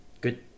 good